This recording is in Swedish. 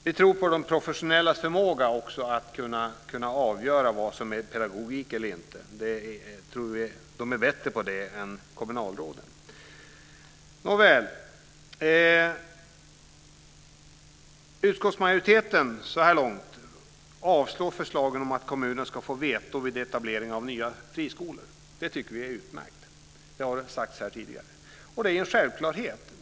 Vi tror också på de professionellas förmåga att avgöra vad som är pedagogik. De är bättre på det än kommunalråden. Utskottsmajoriteten avstyrker så här långt förslagen om att kommunen ska få vetorätt vid etablering av nya friskolor. Det tycker vi är utmärkt, som har sagts här tidigare. Det är en självklarhet.